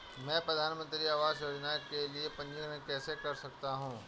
मैं प्रधानमंत्री आवास योजना के लिए पंजीकरण कैसे कर सकता हूं?